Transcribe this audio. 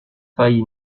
failli